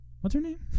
What's-her-name